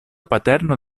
paterno